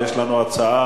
אבל יש לנו הצעה,